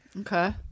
Okay